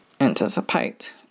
anticipate